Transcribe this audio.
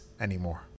anymore